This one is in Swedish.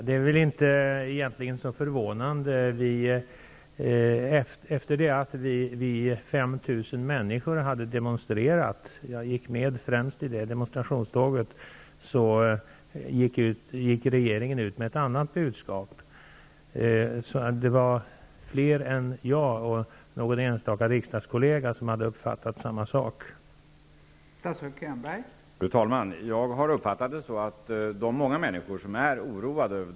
Fru talman! Det är väl egentligen inte så förvånande att frågan ställdes. Efter det att 5 000 människor hade demonstrerat -- jag gick främst i demonstrationståget -- förde regeringen ut ett annorlunda budskap. Det var alltså fler än jag och någon enstaka riksdagskollega som hade uppfattat saken på det här sättet.